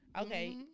Okay